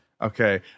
okay